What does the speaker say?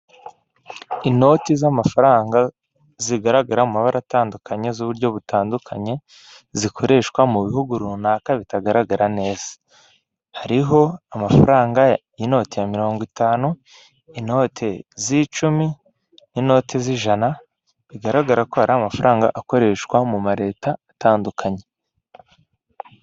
Inoti z'amafaranga zigaragara mu mabara atandukanye z'uburyo butandukanye zikoreshwa mu bihugu runaka bitagaragara neza, hariho amafaranga inoti mirongo itanu, inote z'icumi, n'inoti z'ijana, bigaragara ko aya ari amafaranga akoreshwa mu ma leta atandukanye.